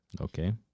Okay